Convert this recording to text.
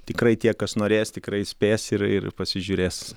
tikrai tie kas norės tikrai spės ir ir pasižiūrės